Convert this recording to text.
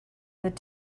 that